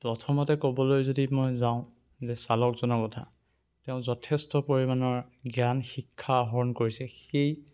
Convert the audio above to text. প্ৰথমতে ক'বলৈ যদি মই যাওঁ যে চালকজনৰ কথা তেওঁ যথেষ্ট পৰিমাণৰ জ্ঞান শিক্ষা আহৰণ কৰিছে সেই